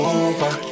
over